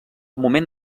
moment